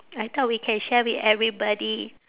I thought we can share with everybody